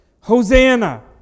Hosanna